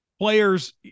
players